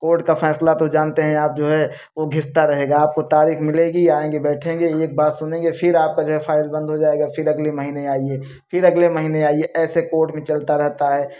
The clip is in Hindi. कोर्ट का फैसला तो जानते हैं आप जो है वो घिसता रहेगा आपको तारीख मिलेगी आएँगे बैठेंगे एक बात सुनेंगे फिर आपका जो है फाइल बन्द हो जाएगा फिर अगले महीने आइए फिर अगले महीने आइए ऐसे कोर्ट भी चलता रहता है